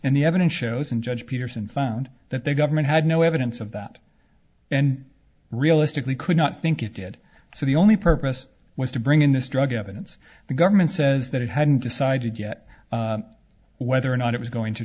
and the evidence shows in judge peterson found that the government had no evidence of that and realistically could not think it did so the only purpose was to bring in this drug evidence the government says that it hadn't decided yet whether or not it was going to